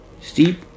Steep